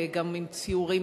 גם עם ציורים,